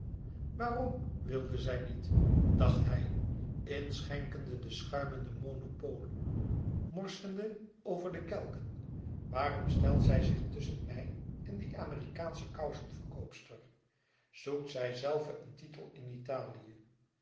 waarom wilde zij niet dacht hij inschenkende de schuimende monopole morsende over de kelken waarom stelt zij zich tusschen mij en die amerikaansche kousenverkoopster zoekt zijzelve een titel in italië